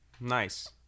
Nice